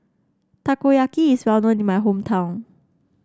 Takoyaki is well known in my hometown